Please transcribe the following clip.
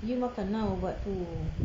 you makan ah ubat tu